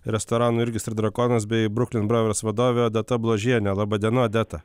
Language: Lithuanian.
restorano jurgis ir drakonas bei brooklyn brothers vadovė odeta bložiene laba diena odeta